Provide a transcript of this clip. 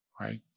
right